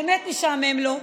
באמת משעמם לו,